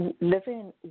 living